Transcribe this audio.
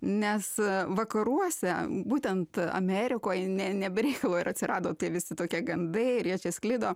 nes vakaruose būtent amerikoj ne ne be reikalo ir atsirado tie visi tokie gandai čia sklido